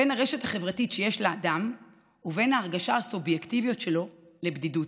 בין הרשת החברתית שיש לאדם ובין ההרגשה הסובייקטיבית שלו של בדידות.